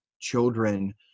children